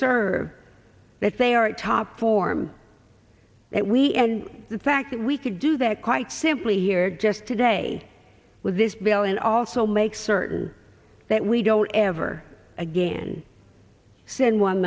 serve that they are a top form that we and the fact that we could do that quite simply here just today with this bill and also make certain that we don't ever again send one